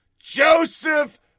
joseph